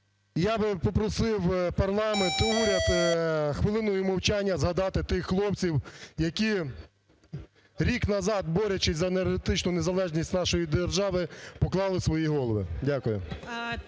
Я би попросив парламент, уряд хвилиною мовчання згадати тих хлопців, які рік назад, борючись за енергетичну незалежність нашої держави, поклали свої голови.